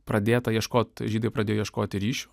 pradėta ieškot žydai pradėjo ieškoti ryšių